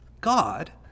God